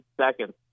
seconds